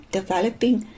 Developing